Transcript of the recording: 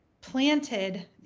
planted